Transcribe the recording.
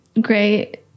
great